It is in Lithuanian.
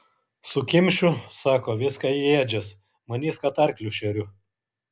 sukimšiu sako viską į ėdžias manys kad arklius šeriu